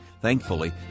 Thankfully